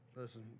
Listen